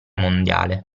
mondiale